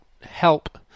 help